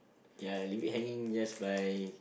ya leave it hanging just by